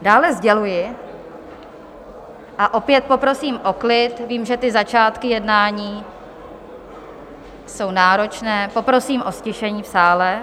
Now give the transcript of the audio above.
Dále sděluji a opět poprosím o klid, vím, že ty začátky jednání jsou náročné, poprosím o ztišení v sále.